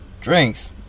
drinks